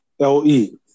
L-E